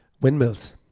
Windmills